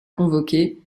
convoqué